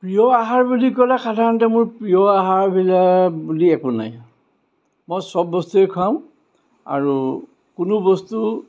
প্ৰিয় আহাৰ বুলি ক'লে সাধাৰণতে মোৰ প্ৰিয় আহাৰবিলাক বুলি একো নাই মই চব বস্তুৱে খাওঁ আৰু কোনো বস্তু